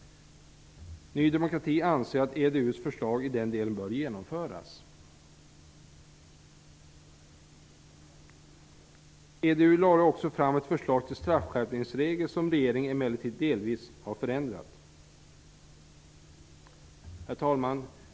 Ny demokrati anser att EDU:s förslag i den delen bör genomföras. EDU lade också fram ett förslag till straffskärpningsregler som regeringen emellertid delvis har förändrat. Herr talman!